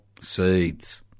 seeds